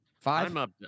Five